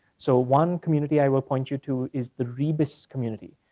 so, one community i will point you to is the rebus community,